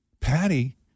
Patty